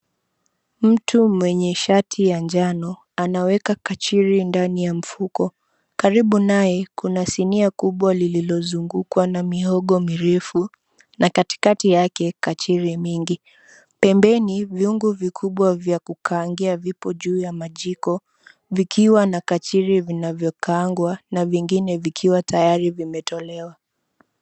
Mtu mwenye shati ya njano, anaweka kachiri ndani ya mfuko. Karibu naye kluna sinia kubwa lililozungukwa na mihogo mirefu na katikati yake, kachiri mingi. Pembeni, vyungu kubwa vya kukaangia vipo juu ya majiko vikiwa na kachiri vinavyokaangwa na vingine vikiwa tayari vimetolewa.